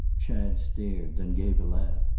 chad stared, then gave a laugh.